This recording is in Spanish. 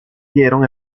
dieron